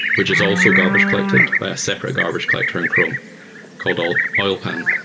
which is also garbage collected by a separate garbage collector in chrome called oil oil pan.